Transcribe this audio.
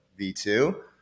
V2